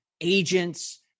agents